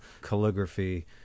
calligraphy